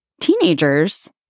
Teenagers